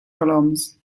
alarms